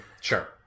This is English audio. sure